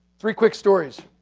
three quick stories.